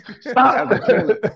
Stop